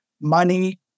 money